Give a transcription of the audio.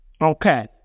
Okay